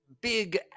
big